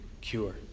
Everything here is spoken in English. cure